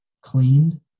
cleaned